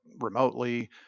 remotely